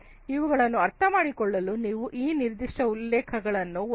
ಇವುಗಳನ್ನು ಅರ್ಥಮಾಡಿಕೊಳ್ಳಲು ನೀವು ಈ ನಿರ್ದಿಷ್ಟ ಉಲ್ಲೇಖನಗಳನ್ನು ಓದಿರಿ